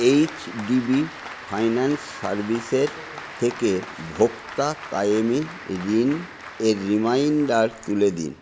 HDB finance সার্ভিসের থেকে ভোক্তা কায়েমি ঋণের রিমাইন্ডার তুলে দিন